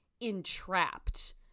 entrapped